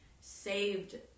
saved